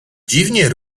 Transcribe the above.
dziwnie